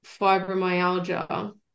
fibromyalgia